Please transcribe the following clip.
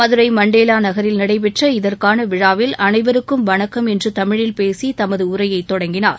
Madurai Mandela நகரில் நடைபெற்ற இதற்கான விழாவில் அனைவருக்கும் வணக்கம் என்று தமிழில் பேசி தமது உரையை தொடங்கினார்